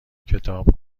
کتاب